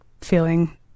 feeling